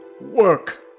work